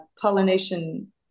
pollination